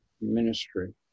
ministry